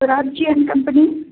दोराबजी आणि कंपनी